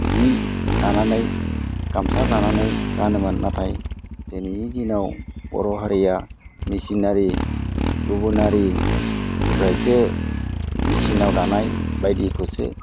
जि दानानै गामसा दानानै गानोमोन नाथाय दिनैनि दिनाव बर' हारिया मेसिनआरि गुबुनारिनिफ्रायसो मेसिनाव दानाय बायदिखौसो